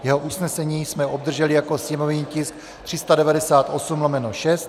Jeho usnesení jsme obdrželi jako sněmovní tisk 398/6.